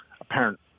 apparent